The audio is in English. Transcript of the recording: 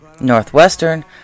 northwestern